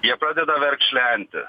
jie pradeda verkšlenti